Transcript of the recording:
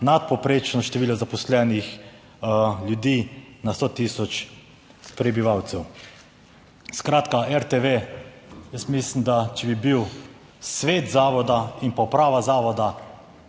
nadpovprečno število zaposlenih ljudi na 100 tisoč prebivalcev. Skratka, RTV, jaz mislim, da če bi bil svet zavoda in pa uprava zavoda,